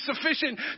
sufficient